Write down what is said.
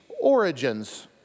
origins